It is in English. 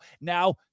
Now